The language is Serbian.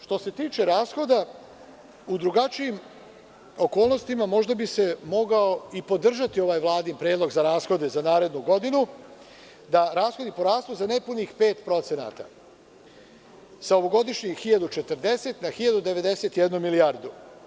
Što se tiče rashoda, u drugačijim okolnostima, možda bi se mogao i podržati ovaj Vladin predlog za rashode, za narednu godinu, da oni porastu za nepunih 5%, sa ovogodišnjih 1.040 na 1.091 milijardu.